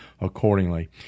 accordingly